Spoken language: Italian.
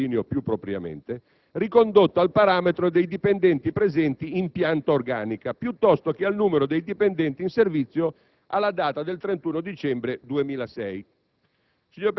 (sottolineo «più propriamente») «ricondotto al parametro dei dipendenti presenti in pianta organica», piuttosto che al numero dei dipendenti in servizio alla data del 31 dicembre 2006.